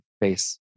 face